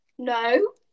No